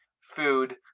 food